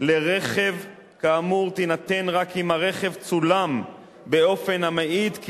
לרכב כאמור תינתן רק אם הרכב צולם באופן המעיד כי